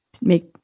make